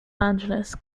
angeles